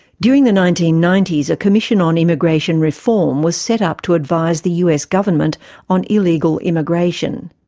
during the nineteen ninety s, a commission on immigration reform was set up to advise the us government on illegal immigration.